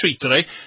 today